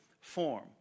form